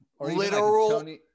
literal